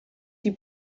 die